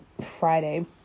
Friday